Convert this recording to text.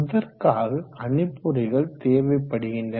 இதற்காக கணிப்பொறிகள் தேவைப்படுகின்றன